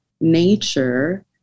nature